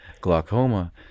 glaucoma